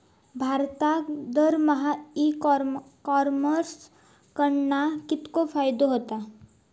भारतात दरमहा e commerce कडणा कितको फायदो होता?